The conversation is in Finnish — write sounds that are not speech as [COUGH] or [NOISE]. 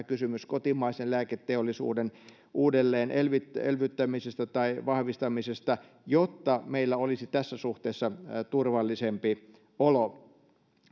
[UNINTELLIGIBLE] kysymys kotimaisen lääketeollisuuden uudelleen elvyttämisestä tai vahvistamisesta jotta meillä olisi tässä suhteessa turvallisempi olo